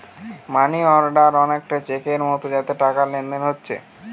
মানি order অনেকটা চেকের মতো যাতে টাকার লেনদেন হোচ্ছে